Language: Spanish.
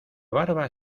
barba